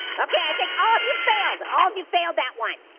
okay, i think all of you failed, all of you failed that one.